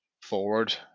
forward